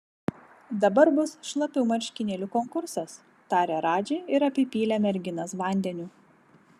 dabar bus šlapių marškinėlių konkursas tarė radži ir apipylė merginas vandeniu